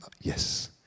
yes